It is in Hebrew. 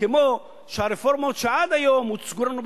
תמשכו את החוק, עוד לא מאוחר.